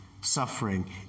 suffering